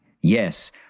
yes